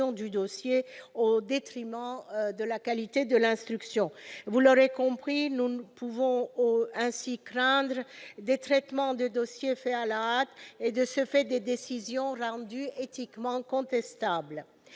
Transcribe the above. du dossier, au détriment de la qualité de l'instruction. Vous l'aurez compris, nous pouvons ainsi craindre des traitements de dossier à la hâte et, de ce fait, des décisions éthiquement contestables.